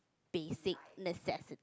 basic necessi~